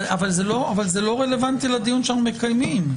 זה לא רלוונטי לדיון שאנחנו מקיימים.